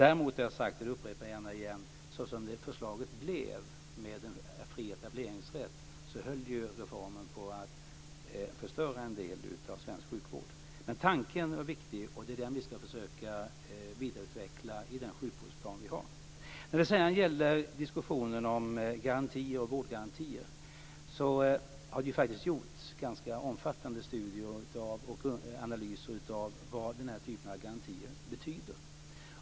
Däremot har jag sagt - och det upprepar jag gärna igen - att såsom förslaget utformades, med fri etableringsrätt, höll reformen på att förstöra en del av svensk sjukvård. Men tanken var viktig och den ska vi försöka vidareutveckla i den sjukvårdsplan vi har. När det sedan gäller diskussionen om vårdgarantier har det faktiskt gjorts ganska omfattande studier och analyser av vad den typen av garantier betyder.